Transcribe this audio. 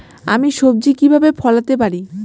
আমি সবজি কিভাবে ফলাতে পারি?